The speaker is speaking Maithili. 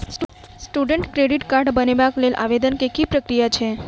स्टूडेंट क्रेडिट कार्ड बनेबाक लेल आवेदन केँ की प्रक्रिया छै?